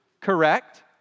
correct